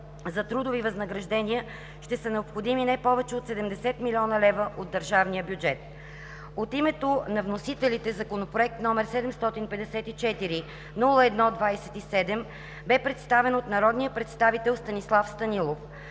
за трудови възнаграждения ще са необходими не повече от 70 млн. лв. от държавния бюджет. От името на вносителите Законопроекта, № 754-01-27, бе представен от народния представител Станислав Станилов.